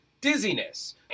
dizziness